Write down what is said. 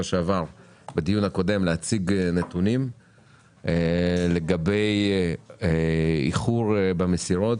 שעבר להציג נתונים לגבי איחור במסירות,